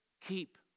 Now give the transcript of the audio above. Keep